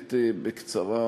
באמת בקצרה,